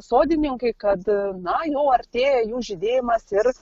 sodininkai kad na jau artėja jų žydėjimas ir